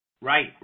Right